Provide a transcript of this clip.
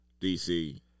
DC